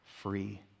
free